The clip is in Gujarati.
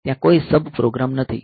ત્યાં કોઈ સબ પ્રોગ્રામ નથી